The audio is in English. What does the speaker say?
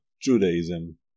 Judaism